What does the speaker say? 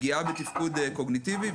פגיעה בתפקוד קוגניטיבי.